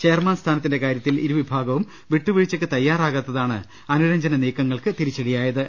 chairman സ്ഥാനത്തിന്റെ കാര്യത്തിൽ ഇരുവിഭാഗവും വിട്ടുവീഴ്ചക്ക് തയ്യാറാകാത്തതാണ് അനുരഞ്ജന നീക്ക ങ്ങൾക്ക് തിരിച്ചുടിയായത്